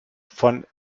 von